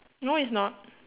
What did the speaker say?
no it's not